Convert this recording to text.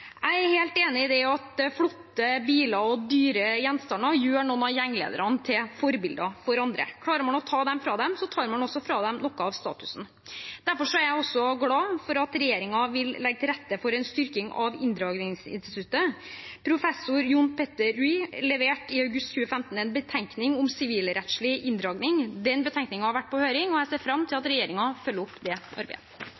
Jeg er helt enig i at flotte biler og dyre gjenstander gjør noen av gjenglederne til forbilder for andre. Klarer man å ta dette fra dem, tar man også fra dem noe av statusen. Derfor er jeg også glad for at regjeringen vil legge til rette for en styrking av inndragningsinstituttet. Professor Jon Petter Rui leverte i august 2015 en betenkning om sivilrettslig inndragning. Den betenkningen har vært på høring, og jeg ser fram til at